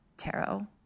Tarot